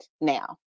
now